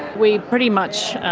we pretty much,